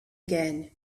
again